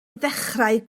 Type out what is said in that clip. ddechrau